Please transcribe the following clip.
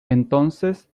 entonces